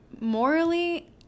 morally